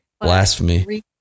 Blasphemy